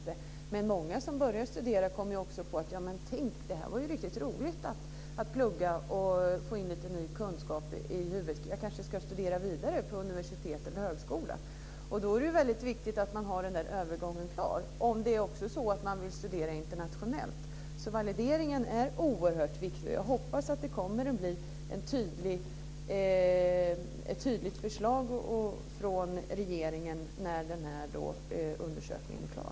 Men många som börjar att studera kommer ju också på att det är riktigt roligt att plugga och få in lite ny kunskap i huvudet, att man kanske ska studera vidare på universitet eller högskola. Det är ju väldigt viktigt att den övergången är klar om det också är så att man vill studera internationellt. Valideringen är alltså oerhört viktig. Och jag hoppas att det kommer att bli ett tydligt förslag från regeringen när den här undersökningen är klar.